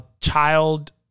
child